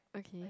okay